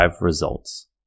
results